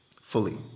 fully